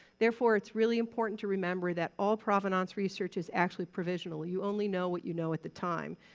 therefore, it's really important to remember that all provenance research is actually provisional. you only know what you know at the time.